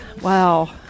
Wow